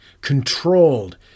controlled